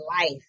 life